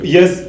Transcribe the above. Yes